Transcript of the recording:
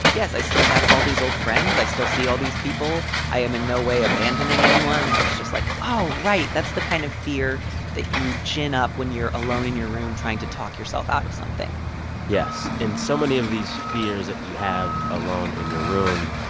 yes, i still have all these old friends i still see all these people i am in no way abandoning anyone. and it was just like, oh, right, that's the kind of fear that you gin up when you're alone in your room trying to talk yourself out of something yes. and so many of these fears that you have alone in your room,